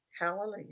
Hallelujah